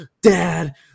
dad